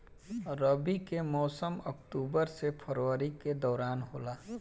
रबी के मौसम अक्टूबर से फरवरी के दौरान होला